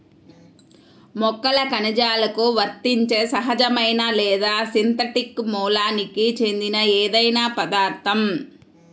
మొక్కల కణజాలాలకు వర్తించే సహజమైన లేదా సింథటిక్ మూలానికి చెందిన ఏదైనా పదార్థం